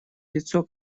лицо